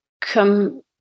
come